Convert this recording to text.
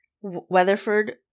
Weatherford